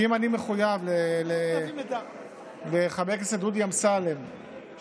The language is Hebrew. כי אם אני מחויב לחבר הכנסת דודי אמסלם לכך